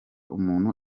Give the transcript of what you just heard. umuntu